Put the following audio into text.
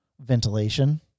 ventilation